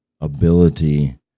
ability